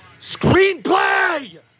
screenplay